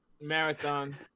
Marathon